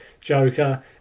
Joker